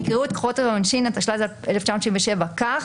יקראו את חובות העונשין התשל"ג-1977 כך